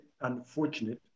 unfortunate